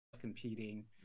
Competing